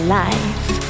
life